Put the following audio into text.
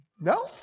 No